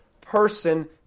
person